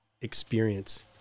experience